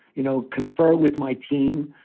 you know, confer with my team,